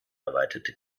erweiterte